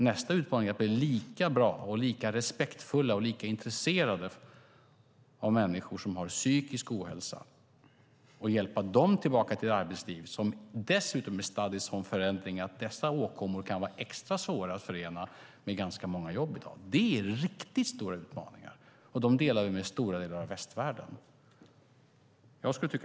Nästa utmaning är att bli lika respektfulla mot och lika intresserade av människor med psykisk ohälsa och att hjälpa dem tillbaka till arbetslivet, som dessutom är stadd i sådan förändring att dessa åkommor kan vara extra svåra att förena med ganska många jobb i dag. Det är riktigt stora utmaningar, och dessa delar vi med stora delar av västvärlden.